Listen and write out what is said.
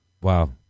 Wow